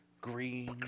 green